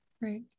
Right